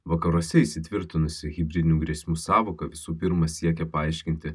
vakaruose įsitvirtinusi hibridinių grėsmių sąvoka visų pirma siekia paaiškinti